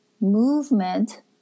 movement